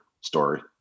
story